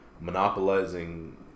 monopolizing